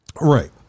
right